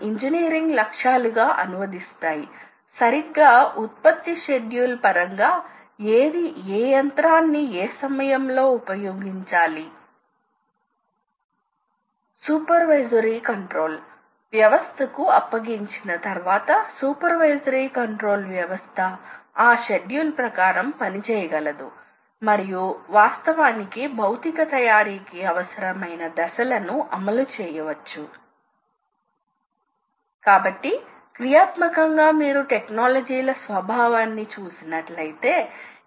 table యొక్క two dimensional కదలికను సృష్టించడానికి ఒక స్లైడ్ ఉన్న చోట ఒక విధమైన యంత్రాంగం సృష్టించబడుతుంది అయితే ఇక్కడ మనం ఒక దిశలో కదలికను మాత్రమే చూపిస్తాము అందువలన దీనిలో స్లయిడ్ దిశ స్లయిడ్ దీనితో పాటు కదలగలదు ఎందుకంటే ఇది బాల్ స్క్రూ తో అనుసంధానించబడి ఉంది కాబట్టి ఇదే బాల్ స్క్రూ ఇప్పటికీ డ్రైవ్ ఒక మోటార్ కాబట్టి బాల్ స్క్రూ తో ఒక గేర్ ద్వారా మోటార్ జత చేయబడి ఉంది